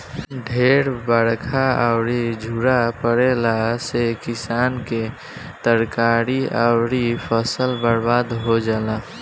ढेर बरखा अउरी झुरा पड़ला से किसान के तरकारी अउरी फसल बर्बाद हो जाला